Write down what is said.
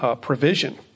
provision